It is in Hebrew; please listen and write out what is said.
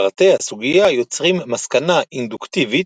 פרטי הסוגיה יוצרים מסקנה אינדוקטיבית,